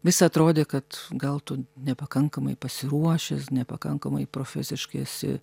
vis atrodė kad gal tu nepakankamai pasiruošęs nepakankamai profesiškai esi